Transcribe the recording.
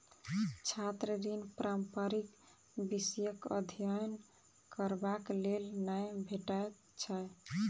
छात्र ऋण पारंपरिक विषयक अध्ययन करबाक लेल नै भेटैत छै